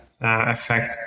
effect